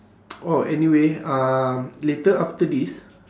oh anyway um later after this